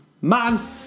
Man